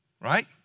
Right